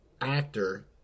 actor